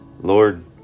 Lord